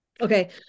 Okay